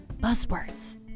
buzzwords